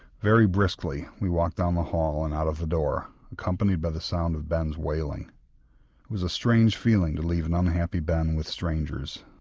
very briskly we walked down the hall and out of the door accompanied by the sound of ben's wailing. it was a strange feeling to leave an unhappy ben with strangers,